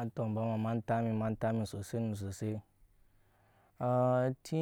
Atombɔ ma ema aaa emi ema na emii sosai